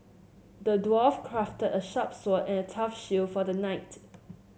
the dwarf crafted a sharp sword and a tough shield for the knight